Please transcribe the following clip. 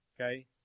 Okay